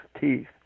teeth